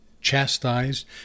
chastised